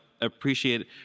appreciate